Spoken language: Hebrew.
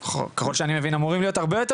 ככל שאני מבין אמורים להיות הרבה יותר